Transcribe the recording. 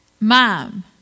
Mom